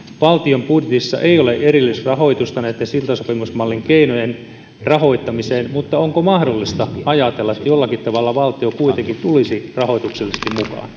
valtion budjetissa ei ole erillistä rahoitusta näitten siltasopimusmallin keinojen rahoittamiseen mutta onko mahdollista ajatella että jollakin tavalla valtio kuitenkin tulisi rahoituksellisesti